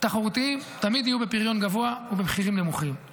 תחרותיים תמיד יהיו בפריון גבוה ובמחירים נמוכים,